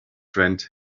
friend